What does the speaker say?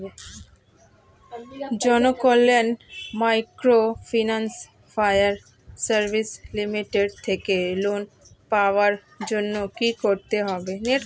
Janakalyan microfinance fire service limited থেকে loan পাওয়ার জন্য কি করতে হবে?